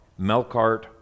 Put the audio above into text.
Melkart